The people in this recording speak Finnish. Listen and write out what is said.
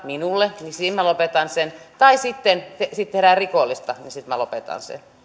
minulle sataan euroon per aski silloin minä lopetan sen tai sitten jos siitä tehdään rikollista minä lopetan sen